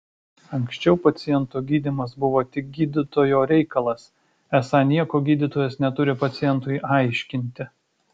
anksčiau paciento gydymas buvo tik gydytojo reikalas esą nieko gydytojas neturi pacientui aiškinti